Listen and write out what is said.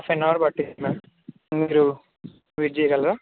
half an hour పడుతుంది ma'am మీరు wait చేయగలరా